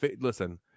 listen